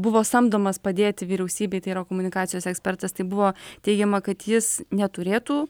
buvo samdomas padėti vyriausybei tai yra komunikacijos ekspertas tai buvo teigiama kad jis neturėtų